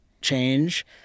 change